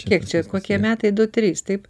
kiek čia kokie metai du trys taip